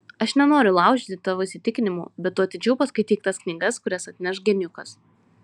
aš nenoriu laužyti tavo įsitikinimų bet tu atidžiau paskaityk tas knygas kurias atneš geniukas